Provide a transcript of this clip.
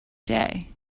day